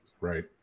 Right